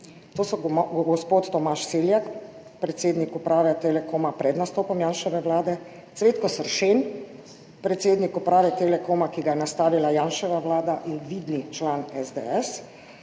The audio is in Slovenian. To so gospod Tomaž Seljak, predsednik uprave Telekoma pred nastopom Janševe vlade; Cvetko Sršen, predsednik uprave Telekoma, ki ga je nastavila Janševa vlada, in vidni član SDS;